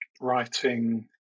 writing